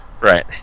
right